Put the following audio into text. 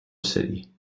city